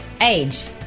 age